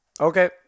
Okay